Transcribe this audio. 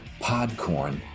Podcorn